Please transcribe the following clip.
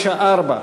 פ/894.